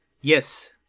Yes